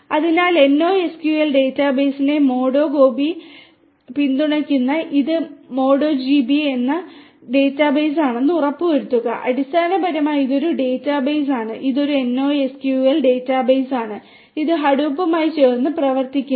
അതിനാൽ NoSQL ഡാറ്റാബേസിനെ MongoDB പിന്തുണയ്ക്കുന്നു ഇത് മോംഗോഡിബി ഡാറ്റാബേസ് ആണെന്ന് ഉറപ്പുവരുത്തുന്നു അടിസ്ഥാനപരമായി ഇത് ഒരു ഡാറ്റാബേസ് ആണ് ഇത് ഒരു NoSQL ഡാറ്റാബേസ് ആണ് ഇത് ഹഡൂപ്പുമായി ചേർന്ന് പ്രവർത്തിക്കുന്നു